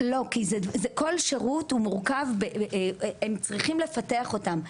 לא, כי כל שירות הוא מורכב, הם צריכים לפתח אותם.